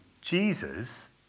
Jesus